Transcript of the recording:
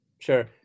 Sure